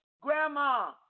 grandma